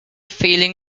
feeling